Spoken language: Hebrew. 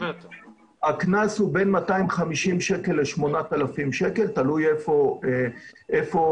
הקנס הוא בין 250 ₪ ל-8,000 ₪ תלוי איפה שופכים.